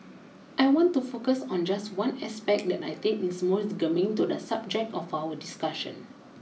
I want to focus on just one aspect that I think is most germane to the subject of our discussion